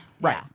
Right